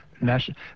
national